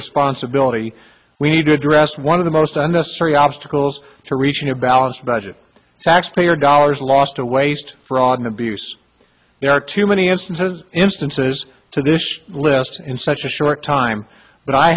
responsibility we need to address one of the most unnecessary obstacles to reaching a balanced budget taxpayer dollars lost to waste fraud and abuse there are too many instances instances to this list in such a short time but i